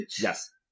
Yes